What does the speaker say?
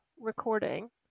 recording